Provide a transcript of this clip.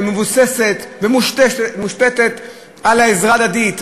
מבוססת ומושתתת על העזרה ההדדית,